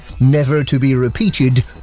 never-to-be-repeated